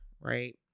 right